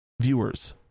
viewers